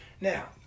Now